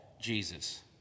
Jesus